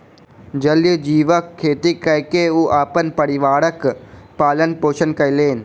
जलीय जीवक खेती कय के ओ अपन परिवारक पालन पोषण कयलैन